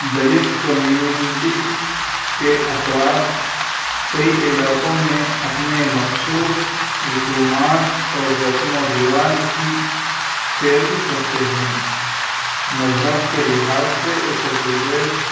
Dalit community کے افراد کئی علاقوں میں اپنے مخصوص رسومات اور رسم و رواج کی پیروی کرتے ہیں مذہب کے لحاظ سے اتر پردیش